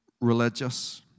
religious